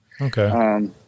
okay